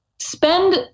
spend